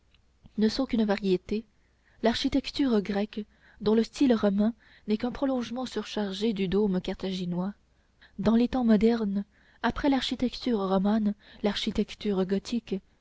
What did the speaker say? ne sont qu'une variété l'architecture grecque dont le style romain n'est qu'un prolongement surchargé du dôme carthaginois dans les temps modernes après l'architecture romane l'architecture gothique